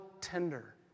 tender